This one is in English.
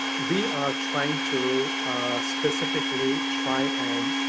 we are trying to specifically try and